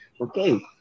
Okay